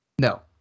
No